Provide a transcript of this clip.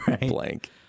blank